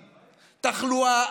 תחלואה,